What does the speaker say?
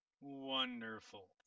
Wonderful